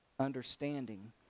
understanding